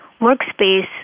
workspace